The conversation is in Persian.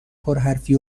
پرحرفی